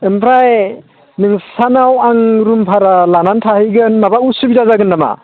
ओमफ्राय नोंसानाव आं रुम भारा लानानै थाहैगोन माबा उसुबिदा जागोन नामा